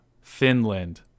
Finland